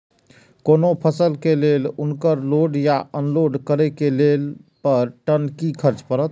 कोनो फसल के लेल उनकर लोड या अनलोड करे के लेल पर टन कि खर्च परत?